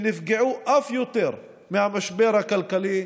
שנפגעו אף יותר מהמשבר הכלכלי,